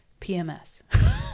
pms